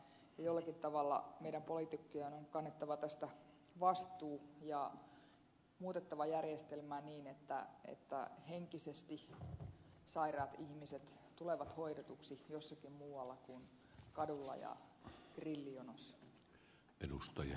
jollakin tavalla meidän poliitikkojen on kannettava tästä vastuu ja muutettava järjestelmää niin että henkisesti sairaat ihmiset tulevat hoidetuiksi jossakin muualla kuin kadulla ja grillijonossa